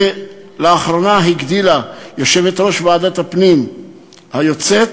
ולאחרונה הגדילה יושבת-ראש ועדת הפנים היוצאת,